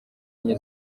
enye